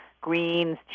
greens